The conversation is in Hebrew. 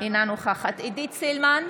אינה נוכחת עידית סילמן,